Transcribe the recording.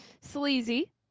Sleazy